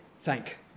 thank